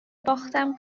باختم